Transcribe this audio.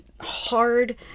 hard